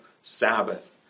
Sabbath